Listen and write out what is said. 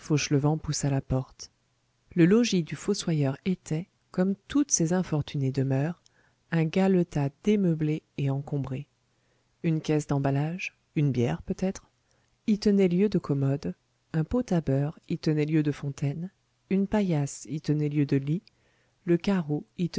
fauchelevent poussa la porte le logis du fossoyeur était comme toutes ces infortunées demeures un galetas démeublé et encombré une caisse d'emballage une bière peut-être y tenait lieu de commode un pot à beurre y tenait lieu de fontaine une paillasse y tenait lieu de lit le carreau y